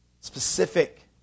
specific